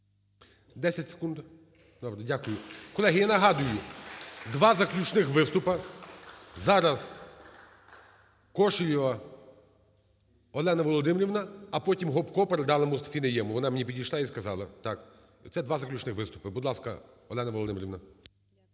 Дякую. Колеги, я нагадую, два заключних виступи, зараз Кошелєва Олена Володимирівна, а потім Гопко передала Мустафі Найєму, вона мені підійшла і сказала, це два заключних виступи. Будь ласка, Олена Володимирівна.